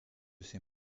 ses